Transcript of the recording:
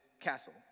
castle